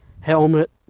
Helmet